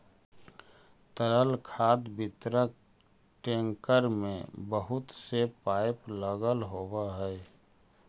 तरल खाद वितरक टेंकर में बहुत से पाइप लगल होवऽ हई